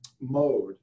mode